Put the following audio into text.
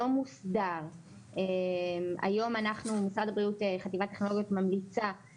אנחנו נאשר שם את היחס לנפש